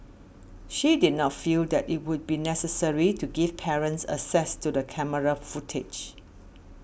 she did not feel that it would be necessary to give parents access to the camera footage